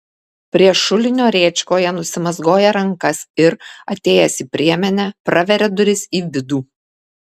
prie šulinio rėčkoje nusimazgoja rankas ir atėjęs į priemenę praveria duris į vidų